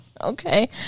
Okay